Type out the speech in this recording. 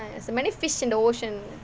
there's many fish in the ocean